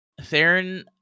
Theron